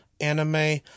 anime